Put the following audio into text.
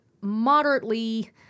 moderately